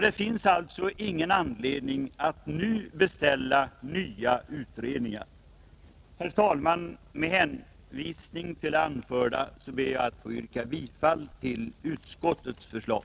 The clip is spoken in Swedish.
Det finns alltså ingen anledning att nu beställa nya utredningar. Herr talman! Med hänvisning till det anförda ber jag att få yrka bifall till utskottets förslag.